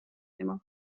temaga